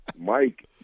Mike